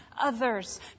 others